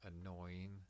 annoying